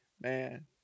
man